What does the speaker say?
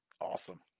Awesome